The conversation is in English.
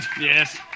Yes